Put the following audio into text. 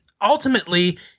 ultimately